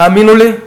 תאמינו לי,